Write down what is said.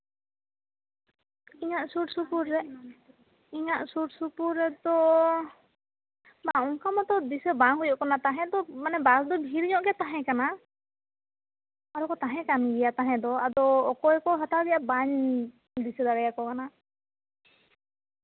ᱤᱧᱟᱹᱜ ᱥᱩᱨ ᱥᱯᱩᱨ ᱨᱮ ᱤᱧᱟᱹᱜ ᱥᱩᱨ ᱥᱩᱯᱩᱨ ᱨᱮᱫᱚ ᱚᱱᱠᱟ ᱢᱚᱛᱚ ᱫᱤᱥᱟᱹ ᱫᱚ ᱵᱟᱝ ᱦᱩᱭᱩᱜ ᱠᱟᱱᱟ ᱛᱟᱸᱦᱮ ᱫᱚ ᱢᱟᱱᱮ ᱵᱟᱥ ᱫᱚ ᱵᱷᱤᱲ ᱧᱚᱜ ᱜᱮ ᱛᱟᱦᱮ ᱠᱟᱱᱟ ᱦᱚᱲ ᱠᱚ ᱛᱟᱦᱮ ᱠᱟᱱ ᱜᱮᱭᱟ ᱛᱟᱦᱮ ᱫᱚ ᱚᱠᱚᱭ ᱠᱚ ᱦᱟᱛᱟᱣ ᱠᱮᱫᱟ ᱵᱟᱹᱧ ᱫᱤᱥᱟᱹ ᱫᱟᱲᱮ ᱟᱠᱚ ᱠᱟᱱᱟ